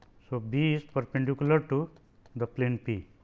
so, b is perpendicular to the plane p